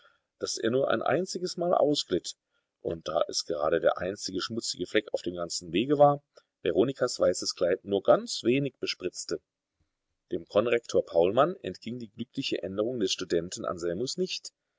daß er nur ein einziges mal ausglitt und da es gerade der einzige schmutzige fleck auf dem ganzen wege war veronikas weißes kleid nur ganz wenig bespritzte dem konrektor paulmann entging die glückliche änderung des studenten anselmus nicht